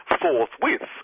forthwith